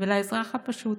ולאזרח הפשוט,